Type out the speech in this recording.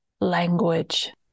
language